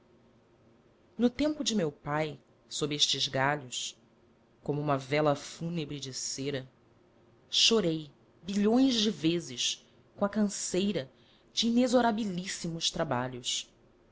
no tempo de meu pai sob estes galhos como uma vela fúnebre de cera chorei bilhões de vezes com a canseira de inexorabilíssimos trabalhos